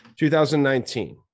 2019